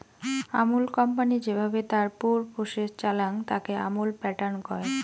Amul company যেভাবে তার পুর প্রসেস চালাং, তাকে আমুল প্যাটার্ন কয়